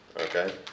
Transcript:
Okay